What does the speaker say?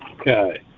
Okay